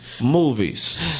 movies